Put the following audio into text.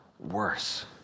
worse